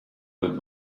wird